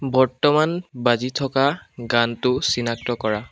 বৰ্তমান বাজি থকা গানটো চিনাক্ত কৰা